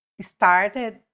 started